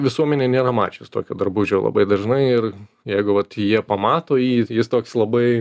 visuomenė nėra mačius tokio drabužio labai dažnai ir jeigu vat jie pamato jį jis toks labai